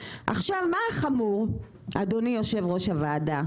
עכשיו, מה החמור, אדוני יושב ראש הוועדה?